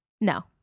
No